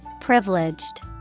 Privileged